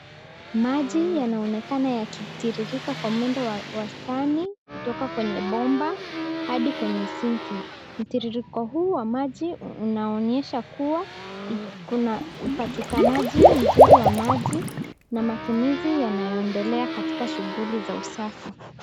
Maji yanaonekana yakitiririka kwa mwendo wa wastani kutoka kwenye bomba hadi kwenye [cs ] sinki[cs ]. Mtiririko huu wa maji unaonyesha kuwa kuna upatikanaji mzuri wa maji na matumizi yanayoendelea katika shughuli za usafi.